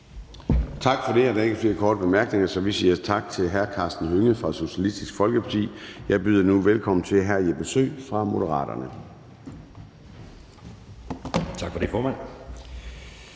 Tak for det. Der er ikke flere korte bemærkninger, så vi siger tak til hr. Karsten Hønge fra Socialistisk Folkeparti. Jeg byder nu velkommen til hr. Jeppe Søe fra Moderaterne. Kl. 23:52 (Ordfører)